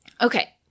Okay